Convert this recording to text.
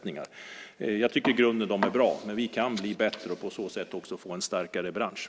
I grunden är de bra, men vi kan bli bättre och på så sätt få en starkare bransch.